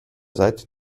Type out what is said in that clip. seite